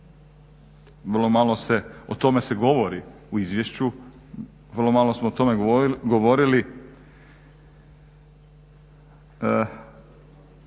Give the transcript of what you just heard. vrlo malo se, o tome se govori u izvješću, vrlo malo smo o tome govorili.